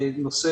נושא